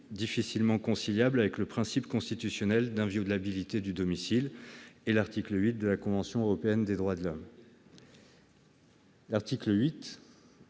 difficilement conciliable avec le principe constitutionnel d'inviolabilité du domicile et l'article 8 de la Convention européenne des droits de l'homme. L'article 8,